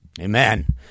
Amen